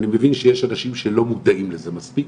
אני מבין שיש אנשים שלא מודעים לזה מספיק,